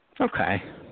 Okay